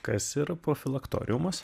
kas yra profilaktoriumas